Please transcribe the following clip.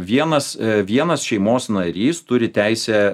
vienas vienas šeimos narys turi teisę